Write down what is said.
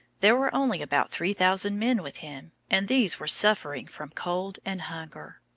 there were only about three thousand men with him, and these were suffering from cold and hunger.